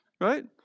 Right